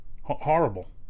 Horrible